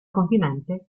continente